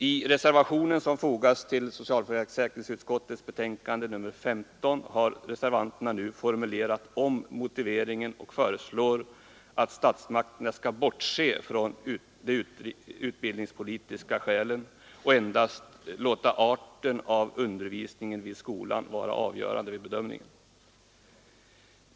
I reservationen som fogats till socialförsäkringsutskottets betänkande nr 15 har reservanterna nu formulerat om motiveringen och föreslår att statsmakterna skall bortse från de utbildningspolitiska skälen och endast låta arten av undervisningen vid skolan vara avgörande vid bedömningen.